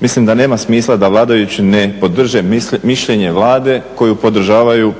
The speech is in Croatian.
Mislim da nema smisla da vladajući ne podrže mišljenje Vlade koju podržavaju